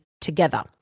together